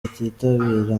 atitabira